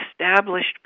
established